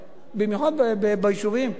במיוחד ביישובים,